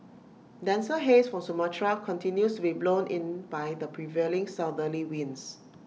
denser haze from Sumatra continues to be blown in by the prevailing southerly winds